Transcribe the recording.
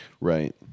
right